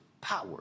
power